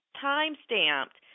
time-stamped